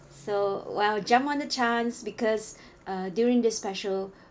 so I jump on the chance because uh during the special